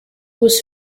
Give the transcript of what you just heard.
was